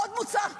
עוד מוצע לקבוע,